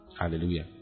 Hallelujah